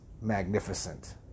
magnificent